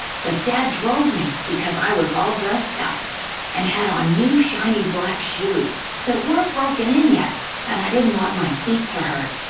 but dad drove me because i was all dressed up and had on new shiny black shoes that weren't broken in yet and i didn't want my feet to hurt.